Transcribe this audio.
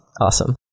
Awesome